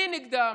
מי נפגע?